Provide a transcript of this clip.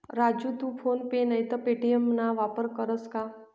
राजू तू PhonePe नैते Paytm ना वापर करस का?